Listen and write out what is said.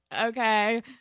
okay